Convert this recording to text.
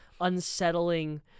unsettling